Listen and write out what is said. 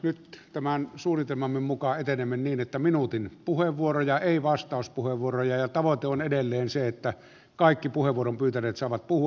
nyt tämän suunnitelmamme mukaan etenemme niin että minuutin puheenvuoroja ei vastauspuheenvuoroja ja tavoite on edelleen se että kaikki puheenvuoron pyytäneet saavat puhua